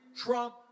Trump